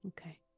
Okay